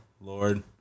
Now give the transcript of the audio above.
lord